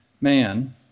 man